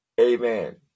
Amen